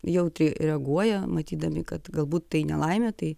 jautriai reaguoja matydami kad galbūt tai nelaimė tai